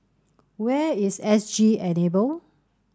where is S G Enable